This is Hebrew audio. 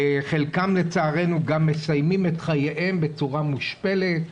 וחלקם לצערנו גם מסיימים את חייהם בצורה מושפלת,